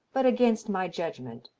but against my judgment.